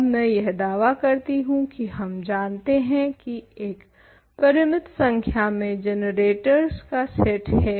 अब मैं यह दावा करती हूँ की हम जानते हैं की एक परिमित संख्या में जनरेटर्स का सेट है